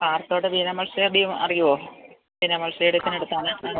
പാറത്തോട്ട് ബീന അറിയുമോ ബിൻ്റെ അടുത്താണ്